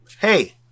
Hey